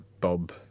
bob